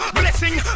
blessing